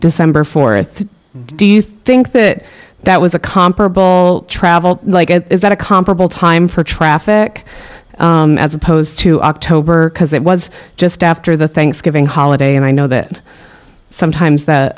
december fourth do you think that that was a comparable travel is that a comparable time for traffic as opposed to october because it was just after the thanksgiving holiday and i know that sometimes th